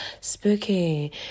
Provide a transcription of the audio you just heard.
Spooky